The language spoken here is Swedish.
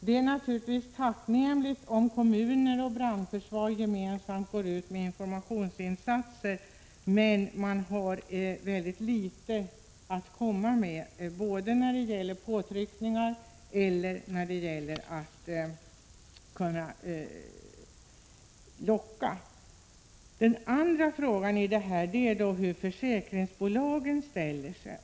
Det är naturligtvis tacknämligt om kommunen och brandförsvaret gemensamt går ut med informationsinsatser, men de har väldigt litet att komma med både när det gäller påtryckningar och när det gäller att locka. Den andra frågan är hur försäkringsbolagen ställer sig.